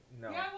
No